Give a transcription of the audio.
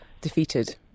defeated